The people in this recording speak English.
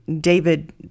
David